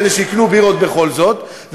כדי שיקנו בכל זאת בירות,